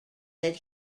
that